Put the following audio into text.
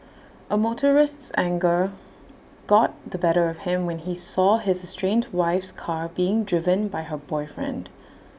A motorist's anger got the better of him when he saw his estranged wife's car being driven by her boyfriend